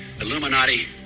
Illuminati